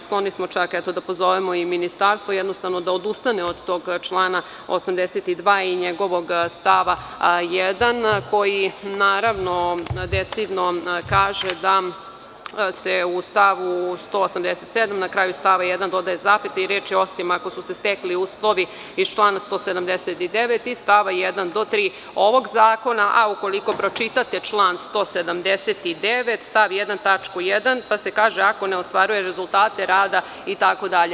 Skloni smo čak, eto i da pozovemo ministarstvo da jednostavno odustane od tog člana 82. i njegovog stava 1 koji naravno decidno kaže da se u stavu 187, na kraju stava 1. dodaje zapeta i reči: osim ako su se stekli uslovi iz člana 179 i stava 1 do 3 ovog zakona, a ukoliko pročitate član 179. stav 1. tačku 1. pa se kaže: „ako ne ostvaruje rezultate rada“ itd.